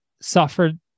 suffered